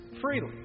freely